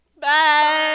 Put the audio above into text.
Bye